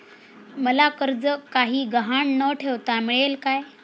मला कर्ज काही गहाण न ठेवता मिळेल काय?